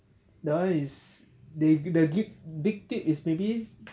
that one is the~ they give big tip is maybe